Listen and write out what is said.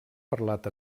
parlat